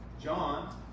John